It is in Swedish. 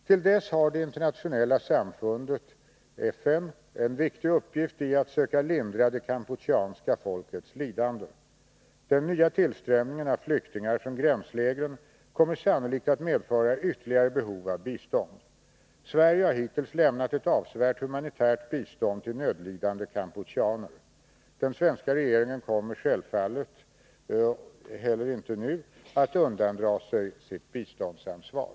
Till dess har det internationella samfundet, FN, en viktig uppgift i att söka lindra det kampucheanska folkets lidande. Den nya tillströmningen av flyktingar från gränslägren kommer sannolikt att medföra ytterligare behov av bistånd. Sverige har hittills lämnat ett avsevärt humanitärt bistånd till nödlidande kampucheaner. Den svenska regeringen kommer självfallet inte heller nu att undandra sig sitt biståndsansvar.